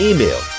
Email